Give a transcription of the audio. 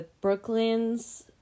Brooklyn's